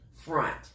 front